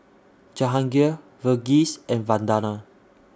Jahangir Verghese and Vandana